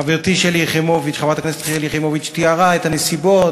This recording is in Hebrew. חברתי חברת הכנסת שלי יחימוביץ תיארה את הנסיבות.